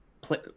play